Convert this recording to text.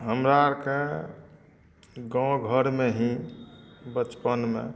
हमरा आरके गाँव घरमे ही बचपन मे